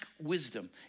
wisdom